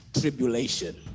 tribulation